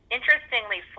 Interestingly